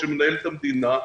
שמנהל את המדינה,